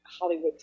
Hollywood